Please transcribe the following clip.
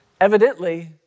evidently